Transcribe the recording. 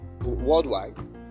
worldwide